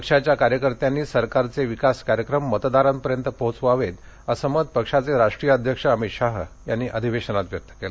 पक्षाच्या कार्यकर्त्यांनी सरकारचे विकास कार्यक्रम मतदारांपर्यंत पोहोचवावेत असं मत पक्षाचे राष्टीय अध्यक्ष अमित शाह यांनी अधिवेशनात व्यक्त केलं